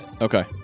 Okay